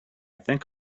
think